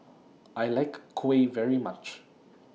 I like Kuih very much